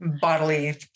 bodily